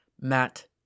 Matt